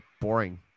boring